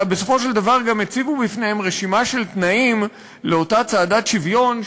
אלא בסופו של דבר גם הציבו בפניהם רשימה של תנאים לאותה צעדת שוויון,